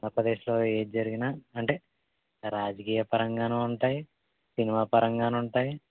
ఆంద్రప్రదేశ్లో ఏది జరిగిన అంటే రాజకీయ పరంగాను ఉంటాయి సినిమా పరంగాను ఉంటాయి